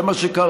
זה מה שקרה.